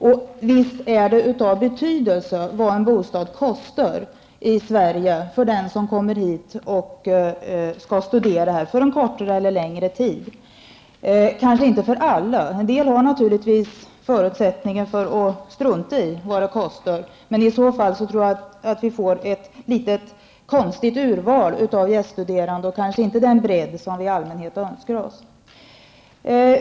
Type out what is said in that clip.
Och visst är det av betydelse vad en bostad i Sverige kostar för den som kommer hit för kortare eller längre tid och skall studera! Det är kanske inte av betydelse för alla, för en del har naturligtvis förmånen att kunna strunta i kostnaden, men om bara sådana gäststuderande kan komma hit, blir det nog ett konstigt urval utan den bredd som vi i allmänhet skulle önska.